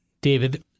David